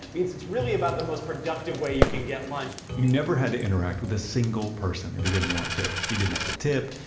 means it's really about the most productive way you can get lunch you never had to interact with a single person if you didn't want to. you didn't have to tip.